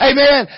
Amen